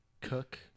Cook